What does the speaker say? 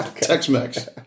Tex-Mex